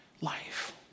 life